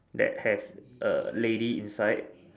that has a lazy inside